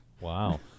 Wow